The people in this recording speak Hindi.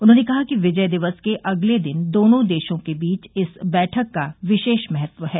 उन्होंने कहा कि विजय दिवस के अगले दिन दोनों देशों के बीच इस बैठक का विशेष महत्व है